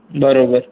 બરોબર